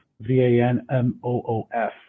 V-A-N-M-O-O-F